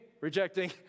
rejecting